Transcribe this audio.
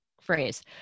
phrase